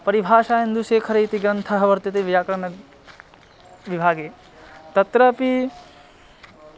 परिभाषा इन्दुशेखरः इति ग्रन्थः वर्तते व्याकरण विभागे तत्रापि